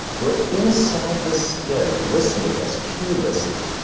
we're inside his skin, listening as he listened,